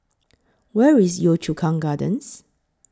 Where IS Yio Chu Kang Gardens